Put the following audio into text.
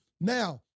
Now